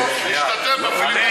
למה, את לא רוצה שנשתתף בפיליבסטר?